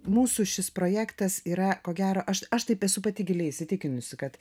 mūsų šis projektas yra ko gero aš aš taip esu pati giliai įsitikinusi kad